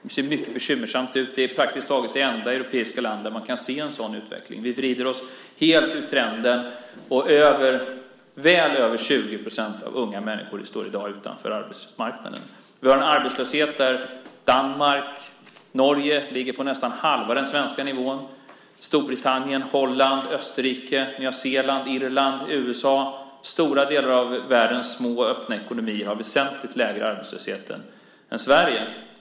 Det ser mycket bekymmersamt ut. Sverige är praktiskt taget det enda europeiska land där man kan se en sådan utveckling. Väl över 20 % av de unga människorna står i dag utanför arbetsmarknaden. Danmark och Norge har en arbetslöshet som ligger på nästan halva den svenska nivån. Storbritannien, Holland, Österrike, Nya Zeeland, Irland, USA och stora delar av världens små öppna ekonomier har väsentligt lägre arbetslöshet än Sverige.